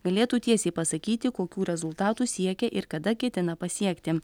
galėtų tiesiai pasakyti kokių rezultatų siekia ir kada ketina pasiekti